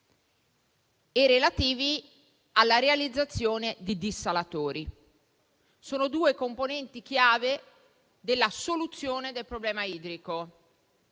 siccità e alla realizzazione di dissalatori. Sono due componenti chiave della soluzione del problema idrico.